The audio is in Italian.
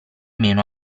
meno